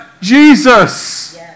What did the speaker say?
Jesus